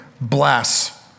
bless